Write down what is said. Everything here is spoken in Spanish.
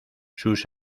sus